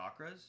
Chakras